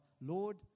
Lord